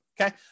okay